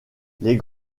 les